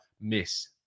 miss